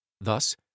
Thus